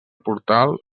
portal